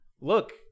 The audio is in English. look